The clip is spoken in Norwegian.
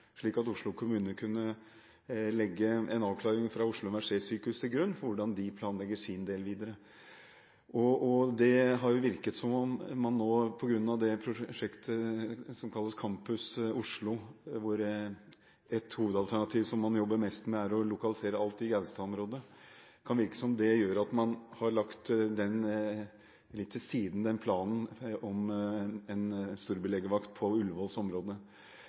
slik at Oslo kommune kunne lagt en avklaring fra Oslo universitetssykehus til grunn for hvordan de planlegger sin del videre. På grunn av prosjektet som kalles Campus Oslo – hvor et hovedalternativ, som man jobber mest med, er å lokalisere alt i Gaustad-området – kan det virke som om man har lagt den planen om en storbylegevakt på Ullevåls område litt til